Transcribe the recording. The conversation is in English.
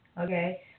Okay